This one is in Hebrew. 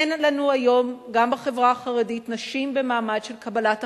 אין לנו היום גם בחברה החרדית נשים במעמד של קבלת החלטות,